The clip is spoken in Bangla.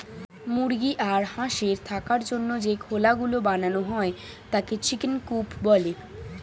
মুরগি আর হাঁসের থাকার জন্য যে খোলা গুলো বানানো হয় তাকে চিকেন কূপ বলে